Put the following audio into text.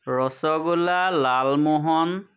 rasgulla Lalmohan